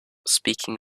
speaking